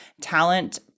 talent